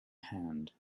hand